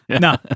No